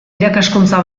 irakaskuntza